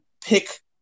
pick